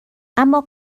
اما